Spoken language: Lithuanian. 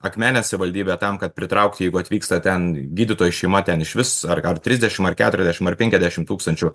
akmenės savivaldybė tam kad pritraukti jeigu atvyksta ten gydytojų šeima ten išvis ar ar trisdešim ar keturiasdešim ar penkiasdešimt tūkstančių